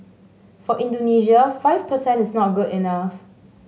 for Indonesia five per cent is not good enough